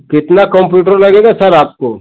कितना कंप्यूटर लगेगा का सर आपको